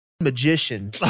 magician